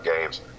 games